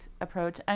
approach